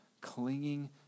clinging